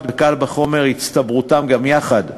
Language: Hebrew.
וקל וחומר הצטברותם גם יחד,